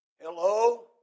Hello